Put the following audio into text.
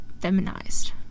feminized